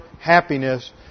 happiness